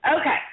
Okay